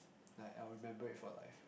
like I will remember it for life